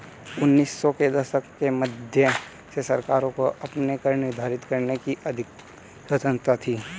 उन्नीस सौ के दशक के मध्य से सरकारों को अपने कर निर्धारित करने की अधिक स्वतंत्रता थी